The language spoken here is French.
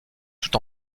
tout